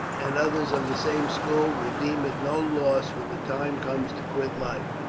and others of the same school, will deem it no loss when the time comes to quit life.